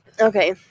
okay